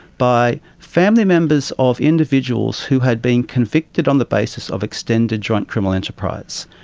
by family members of individuals who had been convicted on the basis of extended joint criminal enterprise.